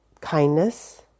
kindness